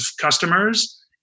customers